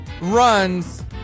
runs